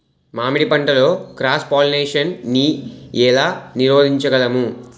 మామిడి పంటలో cross pollination నీ ఏల నీరోధించగలము?